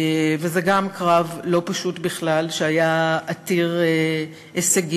וזה גם קרב לא פשוט בכלל שהיה עתיר הישגים.